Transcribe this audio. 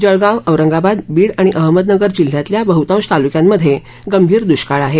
जळगाव औरंगाबाद बीड आणि अहमदनगर जिल्ह्यांमधल्या बहतांश तालुक्यांमधे गंभीर दृष्काळ आहे